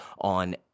on